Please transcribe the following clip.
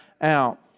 out